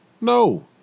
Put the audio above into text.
No